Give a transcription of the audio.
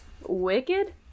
Wicked